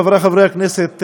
חברי חברי הכנסת,